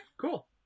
cool